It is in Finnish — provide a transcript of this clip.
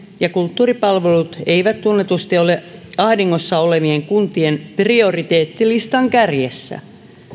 ja kulttuuripalvelut eivät tunnetusti ole ahdingossa olevien kuntien prioriteettilistan kärjessä